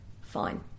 fine